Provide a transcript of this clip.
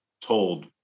told